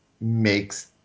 makes